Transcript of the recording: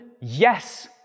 Yes